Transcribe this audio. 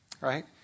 right